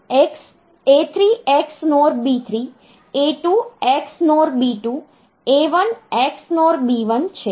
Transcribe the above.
તેથી A3 XNOR B3 A2 XNOR B2 A1 XNOR B1 છે